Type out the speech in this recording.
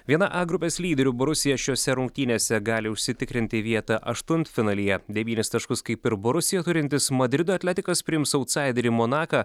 viena a grupės lyderių borusija šiose rungtynėse gali užsitikrinti vietą aštuntfinalyje devynis taškus kaip ir borusija turintis madrido atletikas priims autsaiderį monaką